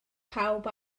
pawb